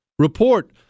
Report